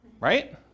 Right